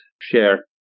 share